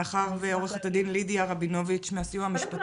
מאחר ועורכת הדין לידיה רבינוביץ' מהסיוע המשפטי --- קודם כל